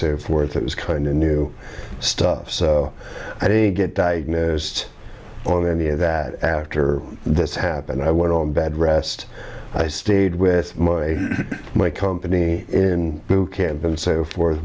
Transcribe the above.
so forth it was kind in new stuff so i didn't get diagnosed on any of that after this happened i went on bed rest i stayed with my company in boot camp and so forth